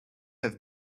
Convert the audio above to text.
have